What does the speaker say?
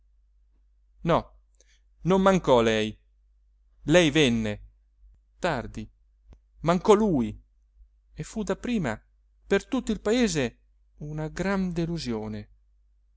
no non mancò lei lei venne tardi mancò lui e fu dapprima per tutto il paese una gran delusione